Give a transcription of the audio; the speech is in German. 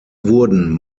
wurden